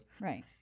Right